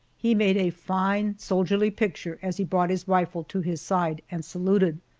he made a fine, soldierly picture as he brought his rifle to his side and saluted.